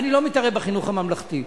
אני לא מתערב בחינוך הממלכתי.